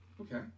Okay